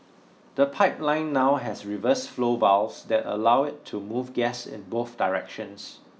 the pipeline now has reverse flow valves that allow it to move gas in both directions